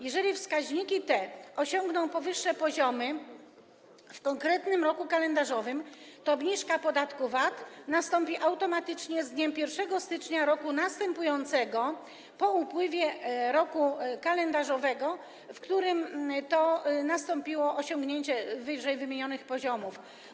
Jeżeli wskaźniki te osiągną powyższe poziomy w konkretnym roku kalendarzowym, to obniżka podatku VAT nastąpi automatycznie z dniem 1 stycznia roku następującego po upływie roku kalendarzowego, w którym nastąpiło osiągnięcie ww. poziomów.